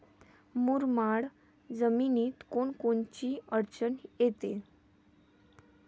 मुरमाड जमीनीत कोनकोनची अडचन येते?